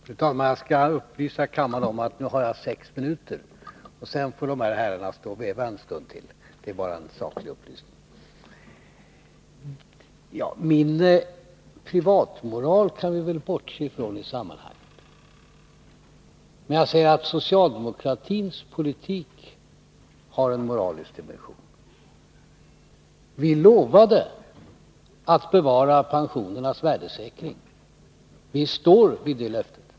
Fru talman! Jag skall upplysa kammaren om att jag har sex minuter till förfogande. Sedan får de här herrarna stå och veva en stund till. Det är bara en saklig upplysning. Min privatmoral kan vi väl bortse i från i sammanhanget. Men jag säger att socialdemokratins politik har en moralisk dimension. Vi lovade att bevara pensionernas värdesäkring. Vi står vid det löftet.